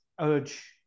urge